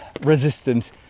resistant